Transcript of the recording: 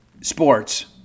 sports